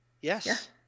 Yes